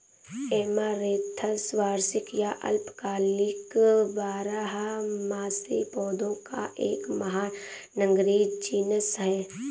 amaranthus वार्षिक या अल्पकालिक बारहमासी पौधों का एक महानगरीय जीनस है